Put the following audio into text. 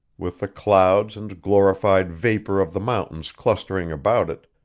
with the clouds and glorified vapor of the mountains clustering about it,